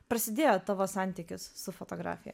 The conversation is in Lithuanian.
prasidėjo tavo santykis su fotografija